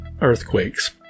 earthquakes